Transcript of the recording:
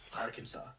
Arkansas